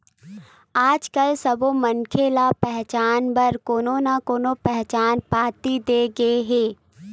आजकाल सब्बो मनखे ल पहचान बर कोनो न कोनो पहचान पाती दे गे हे